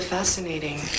fascinating